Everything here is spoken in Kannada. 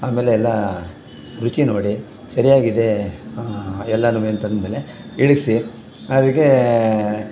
ಆಮೇಲೆ ಎಲ್ಲ ರುಚಿ ನೋಡಿ ಸರಿಯಾಗಿದೆ ಎಲ್ಲಾನು ಅಂತಂದಮೇಲೆ ಇಳಿಸಿ ಅದಕ್ಕೆ